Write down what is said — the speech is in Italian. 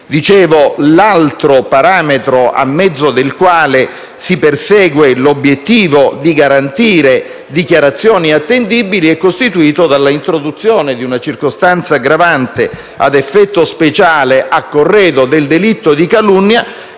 Dicevo, l'altro parametro a mezzo del quale si persegue l'obiettivo di garantire dichiarazioni attendibili è costituito dalla introduzione di una circostanza aggravante ad effetto speciale, a corredo del delitto di calunnia,